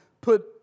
put